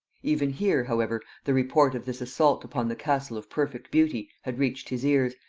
even here however the report of this assault upon the castle of perfect beauty had reached his ears,